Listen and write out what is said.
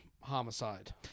Homicide